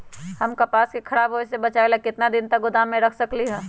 हम कपास के खराब होए से बचाबे ला कितना दिन तक गोदाम में रख सकली ह?